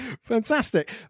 Fantastic